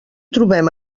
trobem